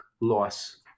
loss